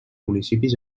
municipis